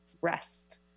rest